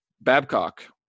Babcock